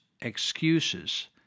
excuses